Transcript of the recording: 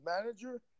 manager